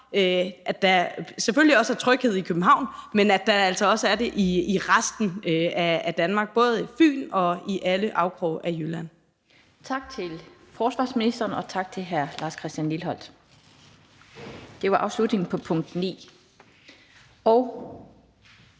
at der selvfølgelig også er tryghed i København, men at der også er det i resten af Danmark, både på Fyn og i alle afkroge af Jylland. Kl. 16:15 Den fg. formand (Annette Lind): Tak til forsvarsministeren, og tak til hr. Lars Christian Lilleholt. Det var afslutningen på punkt 9.